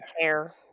care